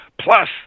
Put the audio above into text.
Plus